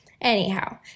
Anyhow